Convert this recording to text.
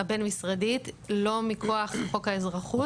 הבין-משרדית לא מכוח חוק האזרחות.